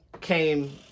came